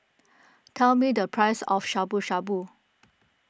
tell me the price of Shabu Shabu